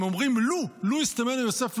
הם אומרים, "לו", "לו ישטמנו יוסף".